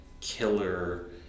killer